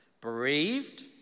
Bereaved